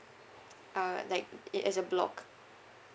uh like it as a block